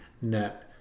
net